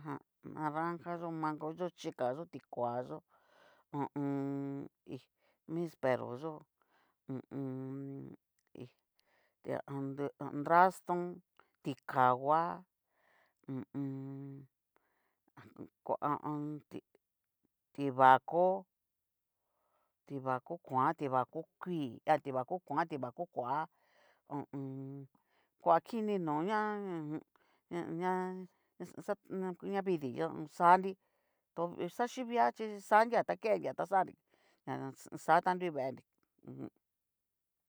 Aja naranja yo'o, mango yo'o, chika yo'o, ti koa yo'o, ho o on. id mispero yo'o, ho o on. id ti an di nrastón, tikahua, ho o on. ko ha a an. ti- tivako, tivaco kuan, tivako kui, a tivako kuan, tivako koa, ho o on. kua kini nó ña noña uhu xa navidiyó xanri, to xaxhí via xhí sanria ta kenria ta kanri ha a an xa ta nrui venri u jum.